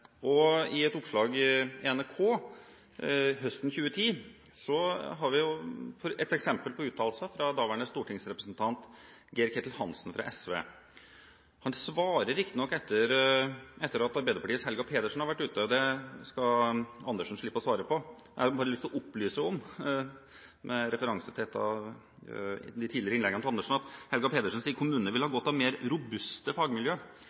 etter at Arbeiderpartiets Helga Pedersen har uttalt seg, og det skal representanten Andersen slippe å svare på. Jeg har bare lyst til å opplyse om, med referanse til et av de tidligere innleggene til Andersen, at Helga Pedersen sier: «Kommunene vil ha godt av mer robuste fagmiljø.»